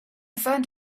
found